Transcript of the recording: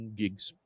gigs